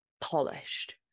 polished